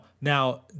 Now